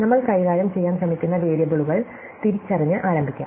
നമ്മൾ കൈകാര്യം ചെയ്യാൻ ശ്രമിക്കുന്ന വേരിയബിളുകൾ തിരിച്ചറിഞ്ഞ് ആരംഭിക്കാം